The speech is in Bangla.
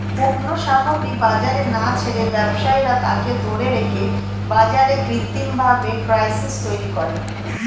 পণ্য সামগ্রী বাজারে না ছেড়ে ব্যবসায়ীরা তাকে ধরে রেখে বাজারে কৃত্রিমভাবে ক্রাইসিস তৈরী করে